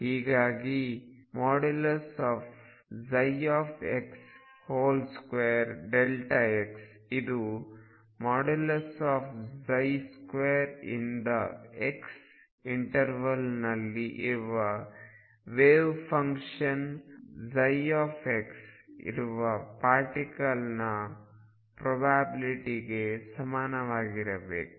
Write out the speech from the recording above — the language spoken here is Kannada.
ಹೀಗಾಗಿ ψ2x ಇದು 2 x ಇಂಟರ್ವಲ್ನಲ್ಲಿ ಇರುವ ವೇವ್ ಫಂಕ್ಷನ್ ψ ಇರುವ ಪಾರ್ಟಿಕಲ್ನ ಪ್ರೊಬ್ಯಾಬಿಲ್ಟಿಗೆ ಸಮನಾಗಿರಬೇಕು